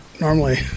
normally